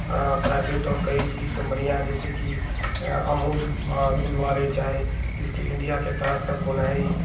private और कई skill कम्पनियाँ जैसे कि अमूल दूध वाले चाहे इस्किल इण्डिया के तहत बनाई